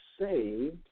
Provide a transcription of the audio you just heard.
saved